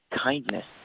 kindness